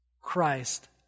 Christ